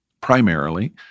primarily